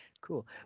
cool